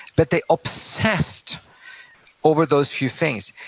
but they obsessed over those few things.